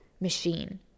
machine